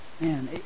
Man